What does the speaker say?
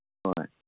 ꯍꯣꯏ